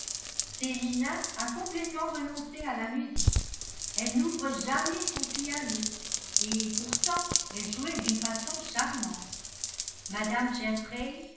célina a complètement renoncé à la musique elle n'ouvre jamais son piano et pourtant elle jouait d'une façon charmante mme jeffereys